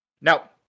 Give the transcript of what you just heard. now